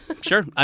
Sure